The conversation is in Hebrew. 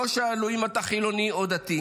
לא שאלו אם אתה חילוני או דתי.